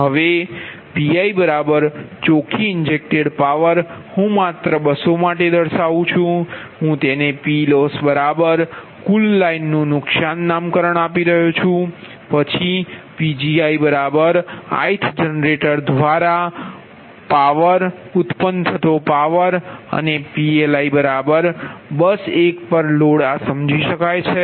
હવે Pi ચોખ્ખી inject power હું માત્ર બસ માટે દર્શાવુ છુ હું તેને PLoss કુલ લાઇન નુ નુકશાન નામકરણ આપી રહ્યો છુ પછી Pgi ith જનરેટર દ્વારા પેદા થતો પાવર અને PLi બસ 1 પર લોડ આ સમજી શકાય છે